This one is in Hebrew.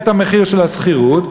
את מחיר השכירות.